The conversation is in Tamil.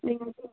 நீங்கள் வந்து